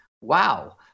wow